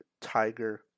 Tiger